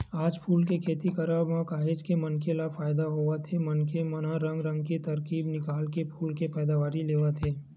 आज फूल के खेती करब म काहेच के मनखे मन ल फायदा होवत हे मनखे मन ह रंग रंग के तरकीब निकाल के फूल के पैदावारी लेवत हे